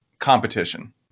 competition